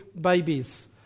babies